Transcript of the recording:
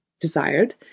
desired